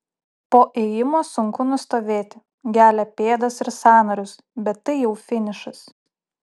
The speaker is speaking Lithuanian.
po ėjimo sunku nustovėti gelia pėdas ir sąnarius bet tai jau finišas